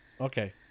okay